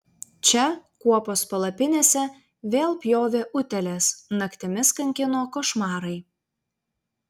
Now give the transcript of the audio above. čia kuopos palapinėse vėl pjovė utėlės naktimis kankino košmarai